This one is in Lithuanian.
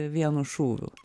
vienu šūviu